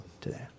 today